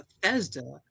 Bethesda